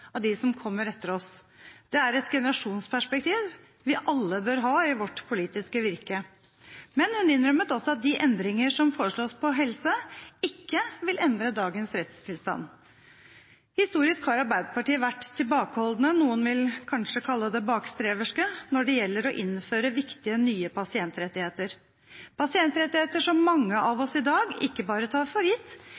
av dem som kommer etter oss, det er et generasjonsperspektiv vi alle bør ha i vårt politiske virke. Men hun innrømmet også at de endringene som foreslås på helseområdet, ikke vil endre dagens rettstilstand. Historisk har Arbeiderpartiet vært tilbakeholdne – noen vil kanskje kalle dem bakstreverske – når det gjelder å innføre viktige nye pasientrettigheter, pasientrettigheter som mange av